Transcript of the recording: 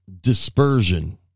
dispersion